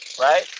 Right